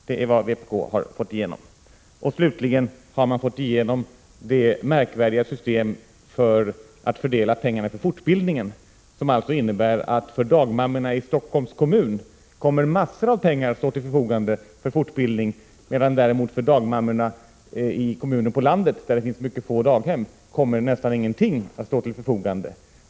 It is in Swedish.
För det tredje har man slutligen fått igenom det märkvärdiga system för fördelning av pengar till fortbildningen som innebär att massor av pengar kommer att stå till förfogande för dagmammorna i Stockholms kommun för fortbildning, medan det däremot för dagmammornai de kommuner på landet där det finns mycket få daghem nästan ingenting kommer att stå till förfogande.